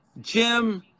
Jim